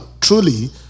truly